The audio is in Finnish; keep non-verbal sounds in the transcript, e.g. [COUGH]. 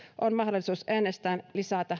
on mahdollisuus ennestään lisätä [UNINTELLIGIBLE]